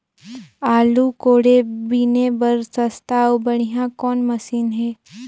आलू कोड़े बीने बर सस्ता अउ बढ़िया कौन मशीन हे?